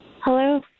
Hello